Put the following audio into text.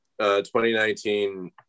2019